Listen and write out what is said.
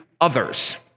others